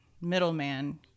middleman